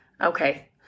okay